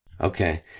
Okay